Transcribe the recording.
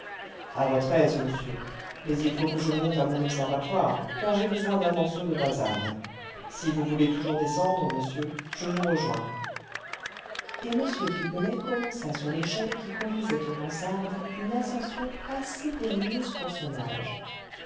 à votre aise monsieur mais il faut que je monte à mon observatoire car j'ai besoin d'un morceau de basane si vous voulez toujours descendre monsieur je vous rejoins et m pipelet commença sur l'échelle qui conduisait aux mansardes une ascension assez périlleuse pour son âge